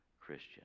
Christian